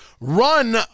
run